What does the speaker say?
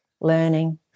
learning